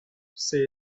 say